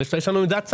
יש לנו עמדת שר.